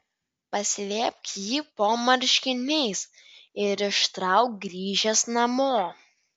paslėpk jį po marškiniais ir ištrauk grįžęs namo